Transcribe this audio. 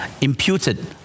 imputed